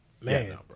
man